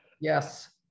Yes